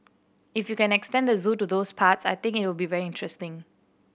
if you can extend the zoo to those parts I think it'll be very interesting